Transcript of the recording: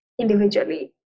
individually